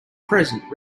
present